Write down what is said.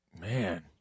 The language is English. man